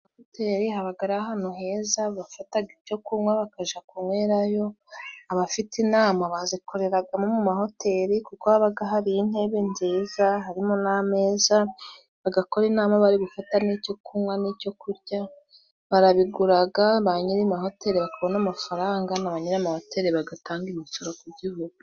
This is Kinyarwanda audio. Muri hoteri haba ari ahantu heza bafatira ibyo kunywa, bakajya kunywerayo. Abafite inama bazikorera mu mahoteli, kuko haba hari intebe nziza, harimo n'ameza. Bagakora inama bari gufata icyo kunywa n'icyo kurya. Barabigura, ba nyir'amahoteli bakabona amafaranga. Na ba nyir'amahoteri bagatanga imisoro ku gihugu.